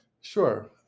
Sure